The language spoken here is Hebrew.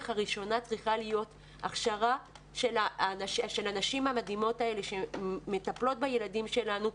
הראשונה צריכה להיות הכשרה של הנשים המדהימות האלה שמטפלות בילדים שלנו,